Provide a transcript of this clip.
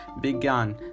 began